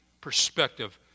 perspective